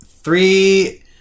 Three